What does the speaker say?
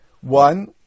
One